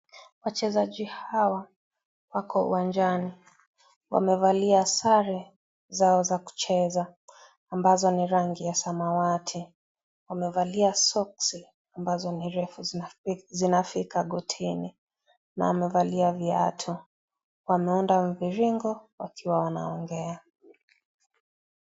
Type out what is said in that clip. Wachezaji hawa wako uwanjani , wamevalia sare zao za kucheza ambazo ni rangi ya samawati. Wamevalia soksi ambazo ni refu zinafika gotini, na wamevalia viatu. Wameunda mviringo wakiwa wanaongea.